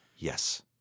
yes